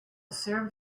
served